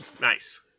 Nice